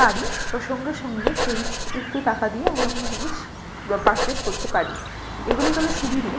পারি বা সঙ্গে সঙ্গে সেই উক্ত টাকা দিয়ে আমরা কোনো জিনিস বা পারচেস করতে পারি এগুলি গেলো সুবিধা